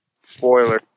spoiler